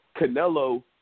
Canelo